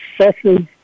successes